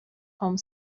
home